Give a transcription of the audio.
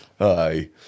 Aye